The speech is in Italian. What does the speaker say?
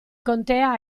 contea